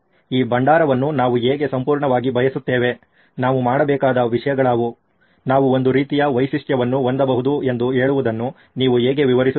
ಈ ಭಂಡಾರವನ್ನು ನೀವು ಹೇಗೆ ಸಂಪೂರ್ಣವಾಗಿ ಬಯಸುತ್ತೇವೆ ನಾವು ಮಾಡಬೇಕಾದ ವಿಷಯಗಳಾವುವು ನಾವು ಒಂದು ರೀತಿಯ ವೈಶಿಷ್ಟ್ಯವನ್ನು ಹೊಂದಬಹುದು ಎಂದು ಹೇಳುವುದನ್ನು ನೀವು ಹೇಗೆ ವಿವರಿಸುತ್ತೀರಿ